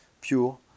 pure